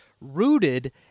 rooted